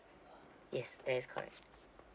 yes that is correct